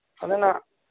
ꯑꯗꯨꯅ